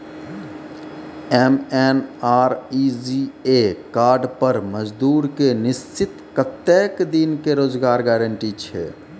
MNREGA card पर मजदुर के निश्चित कत्तेक दिन के रोजगार गारंटी छै?